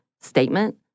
statement